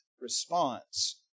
response